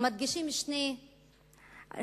ומדגישים שני אספקטים,